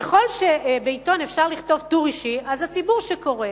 ככל שבעיתון אפשר לכתוב טור אישי, אז הציבור שקורא